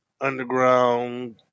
underground